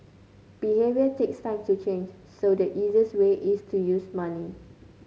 behaviour takes time to change so the easiest way is to use money